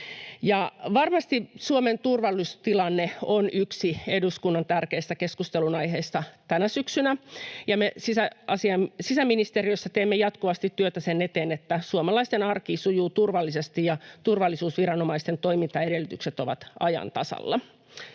Varmasti Suomen turvallisuustilanne on yksi eduskunnan tärkeistä keskustelunaiheista tänä syksynä, ja me sisäministeriössä teemme jatkuvasti työtä sen eteen, että suomalaisten arki sujuu turvallisesti ja turvallisuusviranomaisten toimintaedellytykset ovat ajan tasalla.